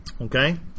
Okay